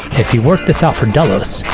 if you worked this out for delos,